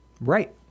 Right